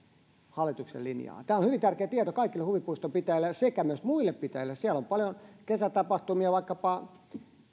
hallituksen linjaa tämä on hyvin tärkeä tieto kaikille huvipuiston pitäjille sekä myös muille pitäjille on paljon kesätapahtumia vaikkapa